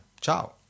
Ciao